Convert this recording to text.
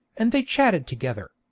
and they chatted together.